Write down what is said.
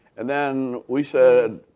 and then we said,